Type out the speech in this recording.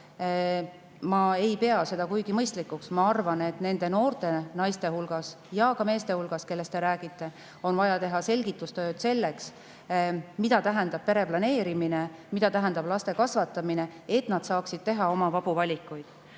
ma ei pea seda kuigi mõistlikuks. Ma arvan, et nende noorte naiste hulgas ja ka meeste hulgas, kellest te räägite, on vaja teha selgitustööd, mida tähendab pereplaneerimine, mida tähendab laste kasvatamine, et nad saaksid teha oma vabu valikuid. Kaugel